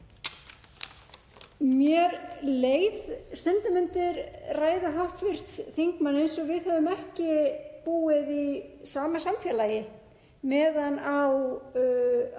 Mér leið stundum undir ræðu hv. þingmanns eins og við hefðum ekki búið í sama samfélagi meðan á